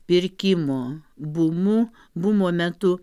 pirkimo bumu bumo metu